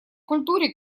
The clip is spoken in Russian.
культуре